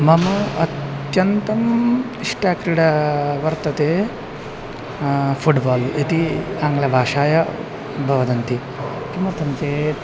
मम अत्यन्तमा इष्टा क्रीडा वर्तते फ़ुट्बाल् इति आङ्ग्लभाषायां ब वदन्ति किमर्थं चेत्